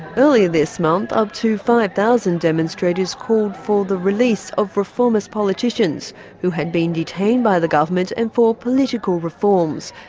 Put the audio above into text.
earlier this month, up to five thousand demonstrators called for the release of reformist politicians who had been detained by the government and for political reforms.